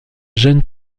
jeune